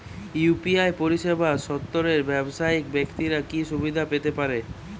UPI পরিসেবা সর্বস্তরের ব্যাবসায়িক ব্যাক্তিরা কি সুবিধা পেতে পারে?